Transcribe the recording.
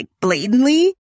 blatantly